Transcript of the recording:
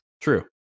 True